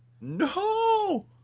no